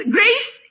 Grace